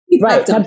right